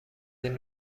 این